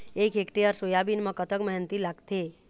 एक hectare soybean म कतक मेहनती लागथे?